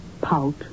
Pout